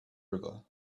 river